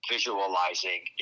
Visualizing